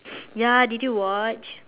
ya did you watch